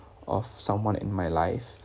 of someone in my life